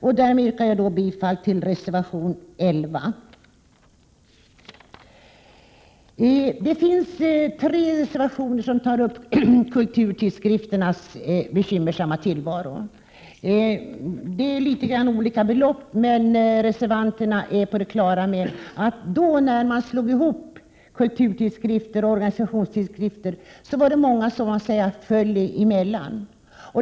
Jag yrkar därmed bifall till reservation nr Ad Tre reservationer tar upp kulturtidskrifternas bekymmersamma tillvaro men utgår från litet olika belopp. Reservanterna är på det klara med att när man slog ihop kulturtidskrifter och organisationstidskrifter, var det många som föll emellan.